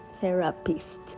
therapist